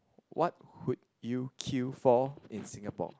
what would you queue for in Singapore